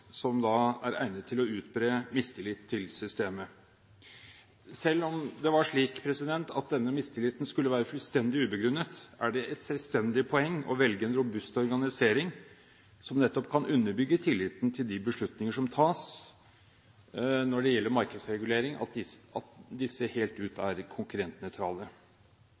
interesser. Da mener jeg at Stortinget bør ha en plikt til å overveie andre organisasjonsformer enn dagens, som er egnet til å utbre mistillit til systemet. Selv om det var slik at denne mistilliten skulle være fullstendig ubegrunnet, er det et selvstendig poeng å velge en robust organisering som nettopp kan underbygge tilliten til at de beslutninger som tas når det gjelder markedsregulering, helt ut